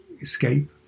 escape